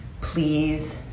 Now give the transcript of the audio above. Please